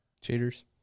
Cheaters